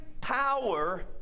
power